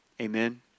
Amen